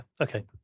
okay